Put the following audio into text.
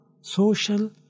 social